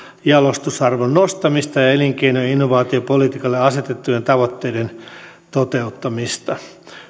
jalostusarvon nostamista ja elinkeino ja innovaatiopolitiikalle asetettujen tavoitteiden toteuttamista